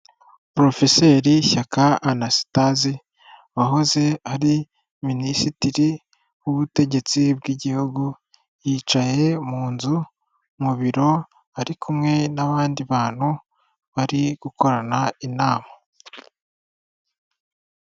Porofeseri Shyaka Anastase wahoze ari minisitiri w'ubutegetsi bw'igihugu, yicaye mu nzu mu biro ari kumwe n'abandi bantu bari gukorana inama.